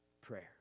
prayer